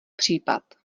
případ